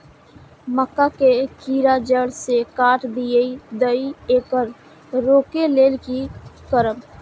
मक्का के कीरा जड़ से काट देय ईय येकर रोके लेल की करब?